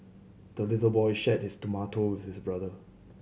the little boy shared his tomato with his brother